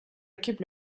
occupe